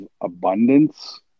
abundance